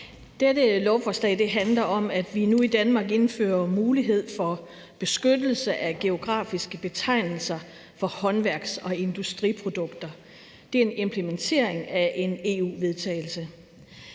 Dette lovforslag handler om, at vi nu i Danmark indfører en mulighed for beskyttelse af geografiske betegnelser for håndværks- og industriprodukter. Det er en implementering af en EU-vedtagelse.